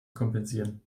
kompensieren